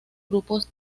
grupos